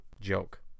joke